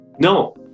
No